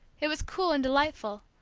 it was cool and delightful,